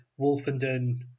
Wolfenden